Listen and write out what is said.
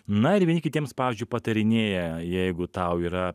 na ir vieni kitiems pavyzdžiui patarinėja jeigu tau yra